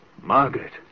Margaret